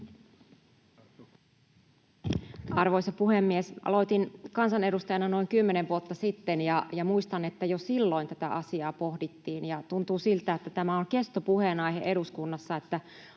Arvoisa puhemies! Aloitin kansanedustajana noin kymmenen vuotta sitten ja muistan, että jo silloin tätä asiaa pohdittiin. Tuntuu siltä, että tämä on kestopuheenaihe eduskunnassa, että